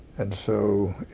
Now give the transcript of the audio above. and so